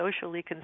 socially